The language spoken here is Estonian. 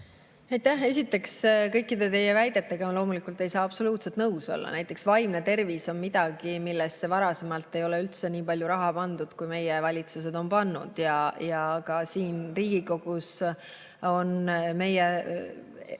Aitäh! Esiteks, kõikide teie väidetega ma loomulikult ei saa absoluutselt nõus olla. Näiteks vaimne tervis on midagi, millesse varasemalt ei ole üldse nii palju raha pandud, kui meie valitsused on pannud. Ka siin Riigikogus on meie